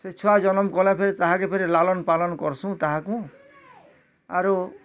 ସେ ଛୁଆ ଜନମ କଲା ଫେର୍ ତାହାକେ ଫେର୍ ଲାଲନ୍ ପାଲନ୍ କରସୁଁ ତାହାକୁ ଆରୁ